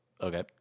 Okay